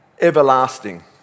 everlasting